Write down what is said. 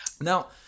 Now